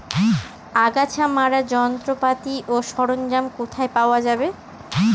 আগাছা মারার যন্ত্রপাতি ও সরঞ্জাম কোথায় পাওয়া যাবে?